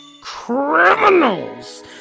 criminals